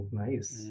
nice